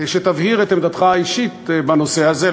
שתבהיר את עמדתך האישית בנושא הזה,